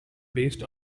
based